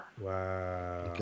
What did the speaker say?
Wow